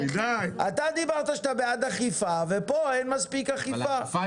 אתה דיברת שאתה בעד אכיפה, ופה אין מספיק אכיפה.